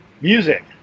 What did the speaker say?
music